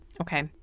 Okay